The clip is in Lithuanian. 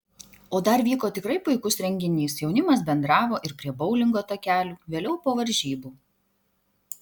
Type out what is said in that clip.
o dar vyko tikrai puikus renginys jaunimas bendravo ir prie boulingo takelių vėliau po varžybų